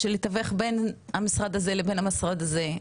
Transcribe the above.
של לתווך בין המשרד הזה לבין המשרד הזה,